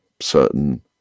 certain